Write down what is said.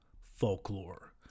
folklore